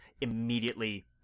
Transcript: immediately